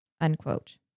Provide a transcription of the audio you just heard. unquote